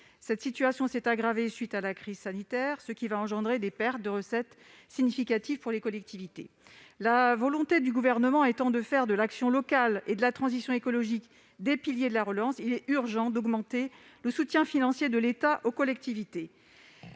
Cette situation s'est aggravée à la suite de la crise sanitaire, ce qui va engendrer des pertes de recettes significatives pour les collectivités. La volonté du Gouvernement étant de faire de l'action locale et de la transition écologique des piliers de la relance, il est urgent d'augmenter le soutien financier de l'État aux collectivités.